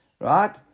Right